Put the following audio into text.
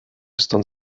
están